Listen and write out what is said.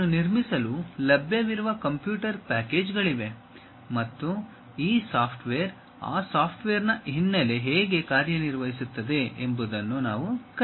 ಅದನ್ನು ನಿರ್ಮಿಸಲು ಲಭ್ಯವಿರುವ ಕಂಪ್ಯೂಟರ್ ಪ್ಯಾಕೇಜ್ಗಳಿವೆ ಮತ್ತು ಈ ಸಾಫ್ಟ್ವೇರ್ ಆ ಸಾಫ್ಟ್ವೇರ್ನ ಹಿನ್ನೆಲೆ ಹೇಗೆ ಕಾರ್ಯನಿರ್ವಹಿಸುತ್ತದೆ ಎಂಬುದನ್ನು ನಾವು ಕಲಿಯುತ್ತೇವೆ